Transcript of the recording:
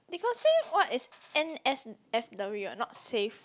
they got say what is n_s_f_w eh not safe